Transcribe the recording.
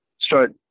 start